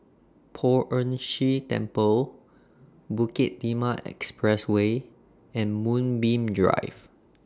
Poh Ern Shih Temple Bukit Timah Expressway and Moonbeam Drive